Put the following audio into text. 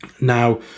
Now